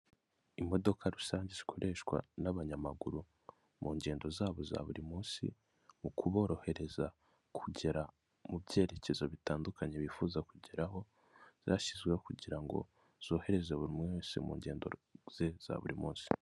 Imodoka rusange zikoreshwa n'abanyamaguru mu ngendo zabo za buri munsi mu kuborohereza kugera mu byerekezo bitandukanye bifuza kugeraho byashyizweho kugira ngo zorohereze buri umwe wese mu ngendo ze za buri munsi.